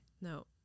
no